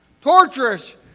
Torturous